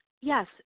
Yes